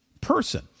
person